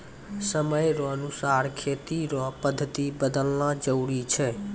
समय रो अनुसार खेती रो पद्धति बदलना जरुरी छै